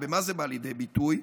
ובמה זה בא לידי ביטוי?